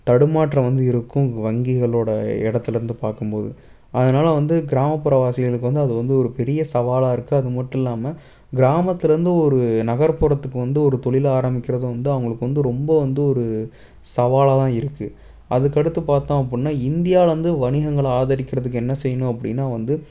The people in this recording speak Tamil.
தடுமாற்றம் வந்து இருக்கும் வங்கிகளோடய இடத்துல இருந்து பார்க்கும் போது அதனால வந்து கிராமப்புற வாசிகளுக்கு வந்து அது வந்து ஒரு பெரிய சவாலை இருக்குது அதுமட்டும் இல்லாமல் கிராமத்தில் இருந்து ஒரு நகர்புறத்துக்கு வந்து ஒரு தொழில் ஆரம்பிக்கிறது வந்து அவங்களுக்கு வந்து ரொம்ப வந்து ஒரு சவாலாக தான் இருக்குது அதுக்கடுத்து பார்த்தோம் அப்படினா இந்தியாவில் வந்து வணிகங்களை ஆதரிக்கிறதுக்கு என்ன செய்யணும் அப்படின்னா வந்து